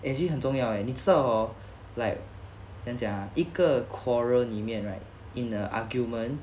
actually 很重要 eh 你知道 hor like 怎样讲 ah 一个 quarrel 里面 right in the argument